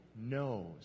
knows